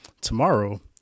tomorrow